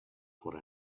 for